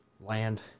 Land